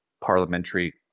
parliamentary